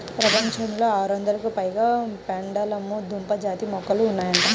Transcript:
ప్రపంచంలో ఆరొందలకు పైగా పెండలము దుంప జాతి మొక్కలు ఉన్నాయంట